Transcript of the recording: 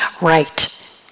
right